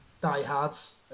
diehards